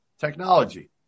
technology